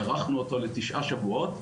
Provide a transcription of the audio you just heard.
הארכנו אותו לתשעה שבועות,